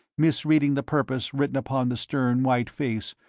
mis-reading the purpose written upon the stern white face,